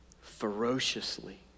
ferociously